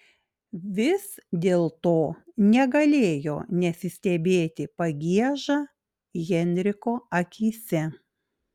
vis dėlto negalėjo nesistebėti pagieža henriko akyse